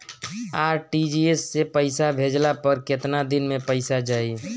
RTGS से पईसा भेजला पर केतना दिन मे पईसा जाई?